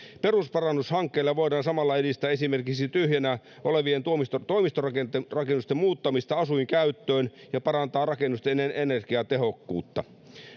perusparannushankkeilla voidaan samalla edistää esimerkiksi tyhjänä olevien toimistorakennusten muuttamista asuinkäyttöön ja parantaa rakennusten energiatehokkuutta